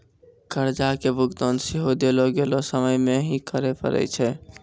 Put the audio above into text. कर्जा के भुगतान सेहो देलो गेलो समय मे ही करे पड़ै छै